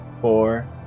four